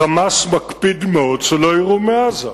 ה"חמאס" מקפיד מאוד שלא יירו מעזה.